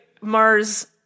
Mars—